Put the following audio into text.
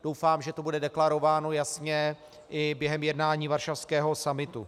Doufám, že to bude deklarováno jasně i během jednání varšavského summitu.